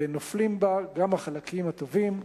ונופלים בהם גם החלקים הטובים.